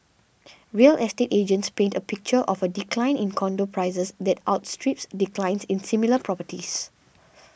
real estate agents paint a picture of a decline in condo prices that outstrips declines in similar properties